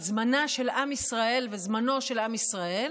זמנה של עם ישראל ואת זמנו של עם ישראל